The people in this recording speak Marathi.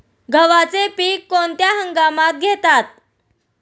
गव्हाचे पीक कोणत्या हंगामात घेतात?